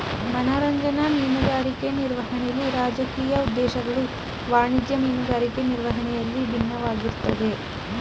ಮನರಂಜನಾ ಮೀನುಗಾರಿಕೆ ನಿರ್ವಹಣೆಲಿ ರಾಜಕೀಯ ಉದ್ದೇಶಗಳು ವಾಣಿಜ್ಯ ಮೀನುಗಾರಿಕೆ ನಿರ್ವಹಣೆಯಲ್ಲಿ ಬಿನ್ನವಾಗಿರ್ತದೆ